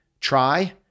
try